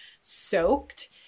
soaked